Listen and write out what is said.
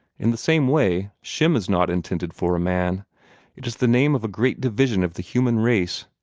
in the same way, shem is not intended for a man it is the name of a great division of the human race.